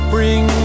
Bring